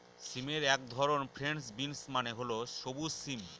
সিমের এক ধরন ফ্রেঞ্চ বিনস মানে হল সবুজ সিম